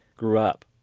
grew up.